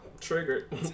Triggered